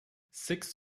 six